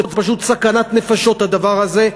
זה פשוט סכנת נפשות הדבר הזה.